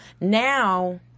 now